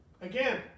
again